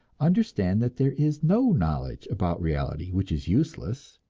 understand that there is no knowledge about reality which is useless,